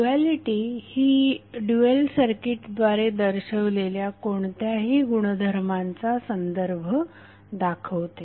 duality ही dual सर्किटद्वारे दर्शविलेल्या कोणत्याही गुणधर्मांचा संदर्भ दाखवते